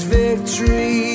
victory